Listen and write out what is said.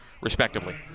respectively